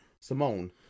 Simone